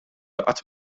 qatt